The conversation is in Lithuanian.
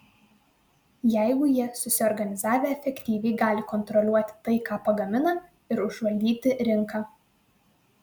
jeigu jie susiorganizavę efektyviai gali kontroliuoti tai ką pagamina ir užvaldyti rinką